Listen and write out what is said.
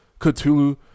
Cthulhu